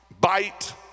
bite